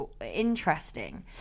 interesting